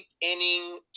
inning